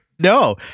no